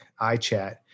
iChat